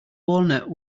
walnut